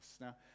Now